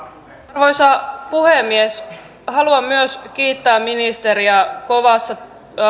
arvoisa puhemies haluan myös kiittää ministeriä kovassa